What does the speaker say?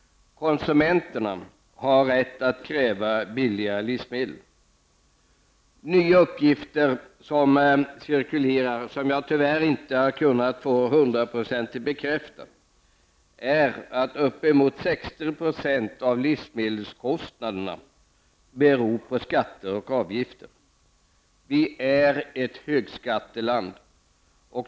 Konsumenterna har rätt att kräva billiga livsmedel. Nya uppgifter som cirkulerar -- som jag tyvärr inte har kunnat få hundraprocentigt bekräftade -- säger att uppemot 60 % av livsmedelskostnaderna beror på skatter och avgifter. Sverige är ett högskatteland.